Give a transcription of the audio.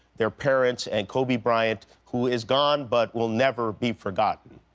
their parents, and kobe bryant, who is gone but will never be forgotten.